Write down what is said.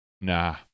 nah